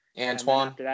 Antoine